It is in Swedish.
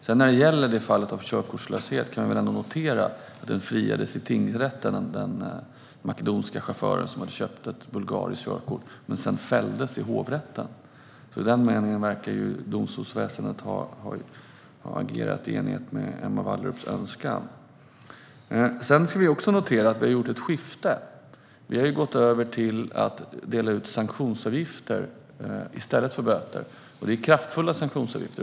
När det sedan gäller fallet med körkortslöshet kan vi notera att den makedonska chauffören, som hade köpt ett bulgariskt körkort, friades i tingsrätten men sedan fälldes i hovrätten, så i den meningen verkar domstolsväsendet ha agerat i enlighet med Emma Wallrups önskan. Vi ska också notera att det har skett ett skifte från böter till sanktionsavgifter, och det är kraftfulla sanktionsavgifter.